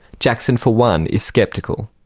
jackson for one is sceptical.